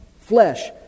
flesh